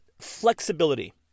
flexibility